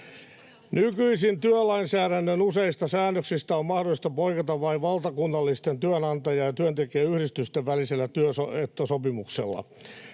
Nykyisin työlainsäädännön useista säännöksistä on mahdollista poiketa vain valtakunnallisten työnantaja- ja työntekijäyhdistysten välisellä työehtosopimuksella.